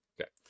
Okay